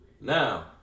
Now